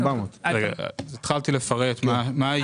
אז התחלתי לפרט מה הייעודים,